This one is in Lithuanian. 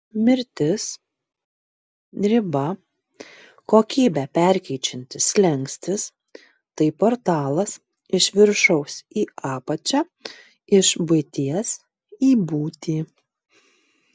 mirtis riba kokybę perkeičiantis slenkstis tai portalas iš viršaus į apačią iš buities į būtį